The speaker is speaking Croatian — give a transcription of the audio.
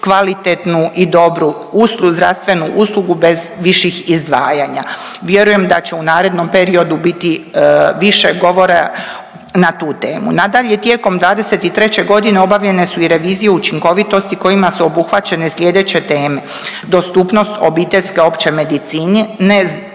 kvalitetnu zdravstvenu uslugu bez viših izdvajanja. Vjerujem da će u narednom periodu biti više govora na tu temu. Nadalje, tijekom 2023.g. obavljene su i revizije učinkovitosti kojima su obuhvaćene sljedeće teme, dostupnost obiteljske opće medicine, zaštiti